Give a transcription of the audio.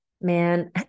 man